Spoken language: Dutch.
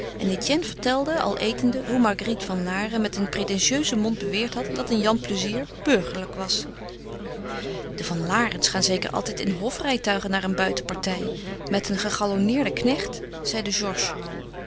en etienne vertelde al etende hoe marguerite van laren met een pretentieusen mond beweerd had dat een jan plezier burgerlijk was de van larens gaan zeker altijd in hofrijtuigen naar een buitenpartij met een gegalonneerden knecht zeide